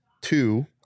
two